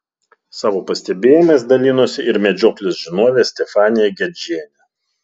savo pastebėjimais dalinosi ir medžioklės žinovė stefanija gedžienė